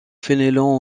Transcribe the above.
fénelon